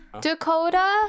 Dakota